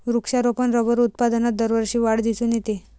वृक्षारोपण रबर उत्पादनात दरवर्षी वाढ दिसून येते